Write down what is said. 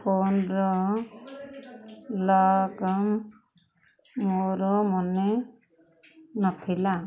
ଫୋନର ଲକ୍ ମୋର ମନେ ନଥିଲା